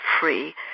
free